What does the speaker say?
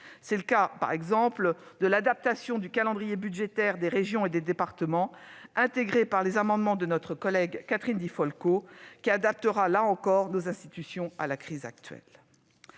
C'est par exemple le cas de l'adaptation du calendrier budgétaire des régions et des départements, intégrée par les amendements de notre collègue Catherine Di Folco, qui permet, là encore, d'ajuster nos institutions à la crise actuelle.